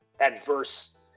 adverse